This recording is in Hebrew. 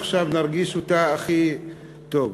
עכשיו נרגיש אותה הכי טוב.